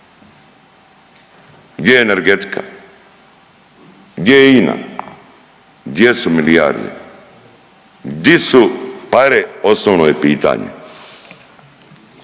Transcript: Gdje je energetika, gdje je INA, gdje su milijarde? Di su pare osnovno je pitanje?